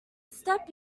step